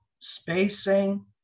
spacing